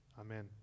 Amen